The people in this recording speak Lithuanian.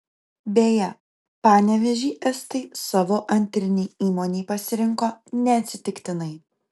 beje panevėžį estai savo antrinei įmonei pasirinko neatsitiktinai